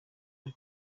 ari